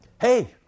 Hey